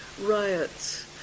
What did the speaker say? riots